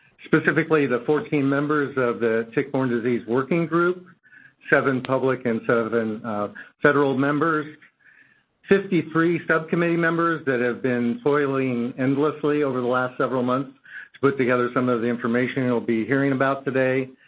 specifically, the fourteen members of the tick-borne disease working group seven public and seven federal members fifty three subcommittee members that have been toiling endlessly over the last several months to put together some of the information you'll be hearing about today,